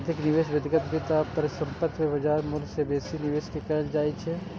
अधिक निवेश व्यक्तिगत वित्त आ परिसंपत्ति मे बाजार मूल्य सं बेसी निवेश कें कहल जाइ छै